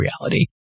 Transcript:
reality